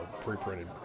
pre-printed